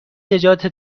نجات